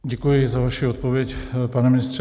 Děkuji za vaši odpověď, pane ministře.